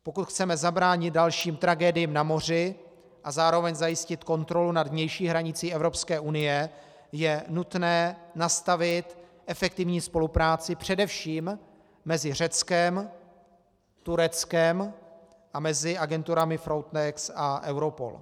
Pokud chceme zabránit dalším tragédiím na moři a zároveň zajistit kontrolu nad vnější hranicí Evropské unie, je nutné nastavit efektivní spolupráci především mezi Řeckem, Tureckem a mezi agenturami Frontex a Europol.